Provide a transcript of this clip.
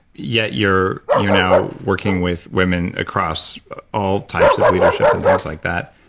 yet you're you're now working with women across all types of leadership and things like that.